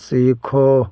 سیکھو